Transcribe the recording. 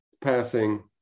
passing